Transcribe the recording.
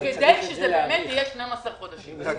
כדי שזה יהיה 12 חודשים?